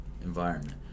environment